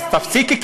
אז תפסיקי,